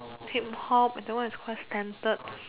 Hip hop that one is quite standard